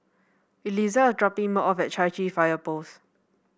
Eliza is dropping me off at Chai Chee Fire Post